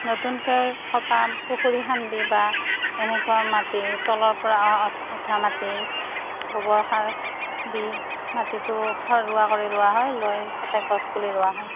নতুনকৈ কটা পুখুৰী খান্দি বা এনেকুৱা মাটি তলৰ পৰা উঠা মাটিত গোবৰ সাৰ দি মাটিতো সাৰুৱা কৰি লোৱা হয় লৈ তাতে গছ পুলি ৰোৱা হয়